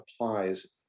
applies